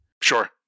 Sure